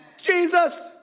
Jesus